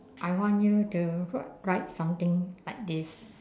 I want you to wr~ write something like this